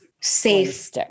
safe